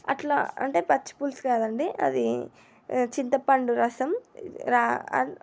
అట్లా అంటే పచ్చిపులుసు కాదండి అది చింతపండు రసం ర